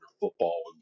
football